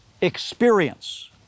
experience